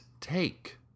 take